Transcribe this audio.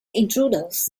intruders